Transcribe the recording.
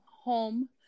home